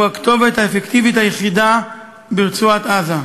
הוא הכתובת האפקטיבית היחידה ברצועת-עזה,